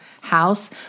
house